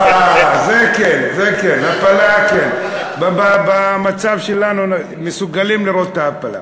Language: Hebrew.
הפלה כן, במצב שלנו מסוגלים לראות את ההפלה.